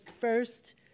first